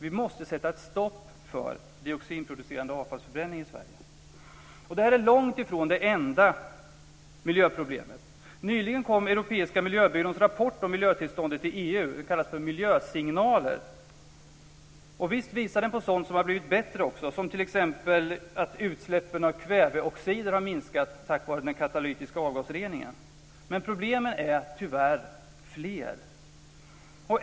Vi måste sätta ett stopp för dioxinproducerande avfallsförbränning i Sverige. Detta är långt ifrån det enda miljöproblemet. Nyligen kom den europeiska miljöbyråns rapport om miljötillståndet i EU. Den kallas för Miljösignaler. Och visst visar den också på sådant som har blivit bättre, t.ex. att utsläppen av kväveoxider har minskat tack vare den katalytiska avgasreningen. Men problemen är tyvärr fler.